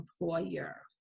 employer